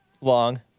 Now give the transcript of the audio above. long